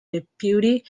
deputy